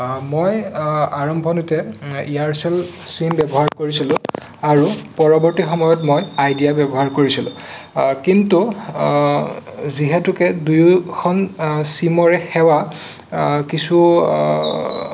মই আৰম্ভণিতে Aircel SIM ব্যৱহাৰ কৰিছিলোঁ আৰু পৰৱৰ্তী সময়ত মই আইডিয়া ব্যৱহাৰ কৰিছিলোঁ কিন্তু যিহেতুকে দুয়োখন চিমৰে সেৱা কিছু